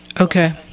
Okay